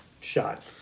shot